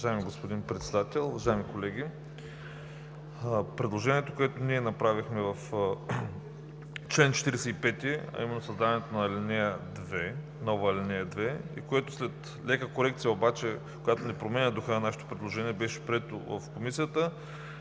уважаеми колеги! Предложението, което ние направихме в чл. 45 създаването на нова ал. 2, и след лека корекция, която не променя духа на нашето предложение беше прието в Комисията,